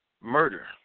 murder